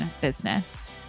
business